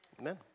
Amen